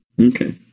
Okay